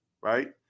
right